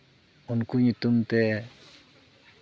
ᱩᱱᱠᱩ ᱧᱩᱛᱩᱢ ᱛᱮ